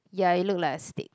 ya you look like a stick